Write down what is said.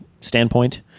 standpoint